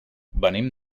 venim